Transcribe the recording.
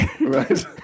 right